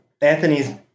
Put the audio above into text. Anthony's